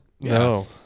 No